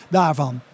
daarvan